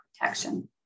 protection